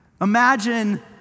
Imagine